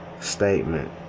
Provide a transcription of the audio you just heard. statement